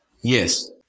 yes